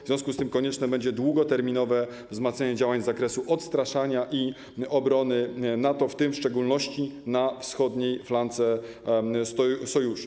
W związku z tym konieczne będzie długoterminowe wzmacnianie działań z zakresu odstraszania i obrony NATO, w tym w szczególności na wschodniej flance Sojuszu.